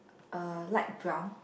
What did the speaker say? uh light brown